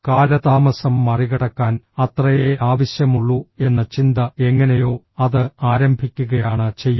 കാലതാമസം മറികടക്കാൻ അത്രയേ ആവശ്യമുള്ളൂ എന്ന ചിന്ത എങ്ങനെയോ അത് ആരംഭിക്കുകയാണ് ചെയ്യുന്നത്